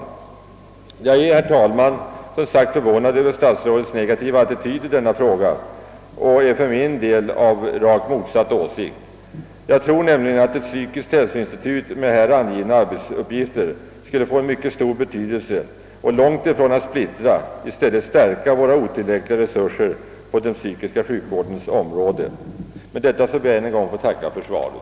Jag är förvånad över statsrådets negativa attityd i denna fråga, och jag är för min del av rakt motsatt åsikt. Jag tror nämligen att ett psykiskt hälsoinstitut med här angivna arbetsuppgifter skulle få mycket stor betydelse. Långtifrån att splittra skulle det i stället stärka våra otillräckliga resurser på den psykiska sjukvårdens område. Herr talman! Med det anförda ber jag än en gång att få tacka för svaret.